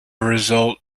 result